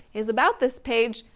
is about this page.